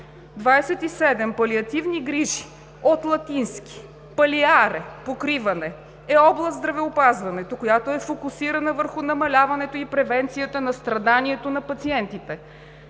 27. „Палиативни грижи“ (от латински: palliare, покриване) е област в здравеопазването, която е фокусирана върху намаляването и превенцията на страданието на пациентите.